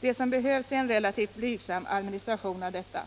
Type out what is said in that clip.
Vad sum behövs är en relativt blygsam administration av detta.